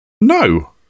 no